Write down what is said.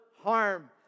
harm